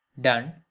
done